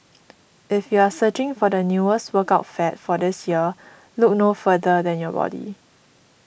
if you are searching for the newest workout fad for this year look no further than your body